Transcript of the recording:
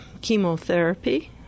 chemotherapy